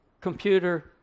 computer